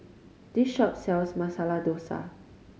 this shop sells Masala Dosa